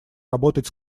работать